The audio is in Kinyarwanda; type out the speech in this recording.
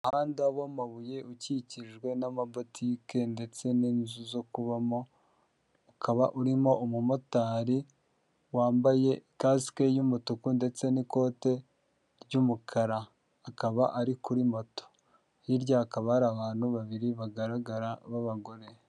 Umuhanda w'amabuye ukikijwe n'amabotike ndetse n'inzu zo kubamo ukaba urimo umumotari wambaye kasike y'umutuku ndetse n'ikote ry'umukara akaba ari kuri moto hirya hakaba hari abantu babiri bagaragara b'abagore.